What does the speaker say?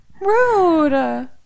rude